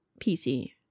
PC